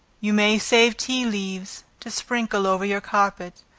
you may save tea leaves, to sprinkle over your carpet,